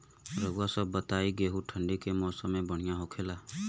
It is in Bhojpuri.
रउआ सभ बताई गेहूँ ठंडी के मौसम में बढ़ियां होखेला?